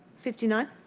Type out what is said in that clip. fifty nine?